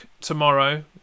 tomorrow